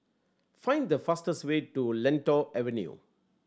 find the fastest way to Lentor Avenue